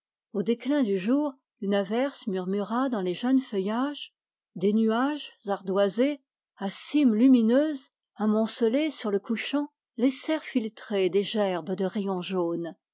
au déclin du jour une averse murmura dans les feuillages des nuages violets à cimes lumineuses amoncelés sur le couchant laissèrent filtrer des gerbes de rayons jaunes